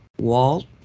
Walt